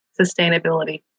sustainability